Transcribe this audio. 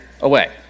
away